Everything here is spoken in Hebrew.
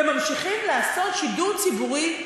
וממשיכים לעשות שידור ציבורי,